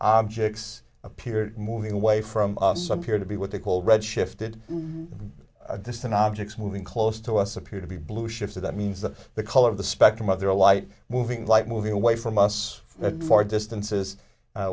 objects appear moving away from us appear to be what they call red shifted a distant objects moving close to us appear to be blue shifted that means that the color of the spectrum of their light moving light moving away from us that far distances